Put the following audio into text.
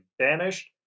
vanished